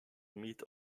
meet